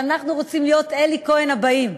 אנחנו רוצים להיות אלי כהן הבאים,